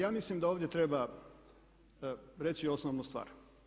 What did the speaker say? Ja mislim da ovdje treba reći osnovnu stvar.